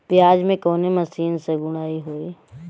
प्याज में कवने मशीन से गुड़ाई होई?